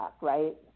Right